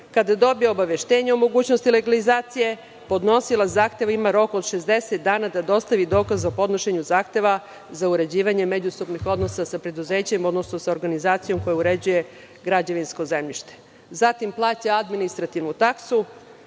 kada dobije obaveštenje o mogućnosti legalizacije, podnosilac zahteva ima rok od 60 dana da dostavi dokaz o podnošenju zahteva za uređivanje međusobnih odnosa sa preduzećem, odnosno sa organizacijom koja uređuje građevinsko zemljište, zatim, plaća administrativnu taksu